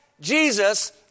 Jesus